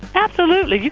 absolutely.